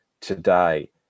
today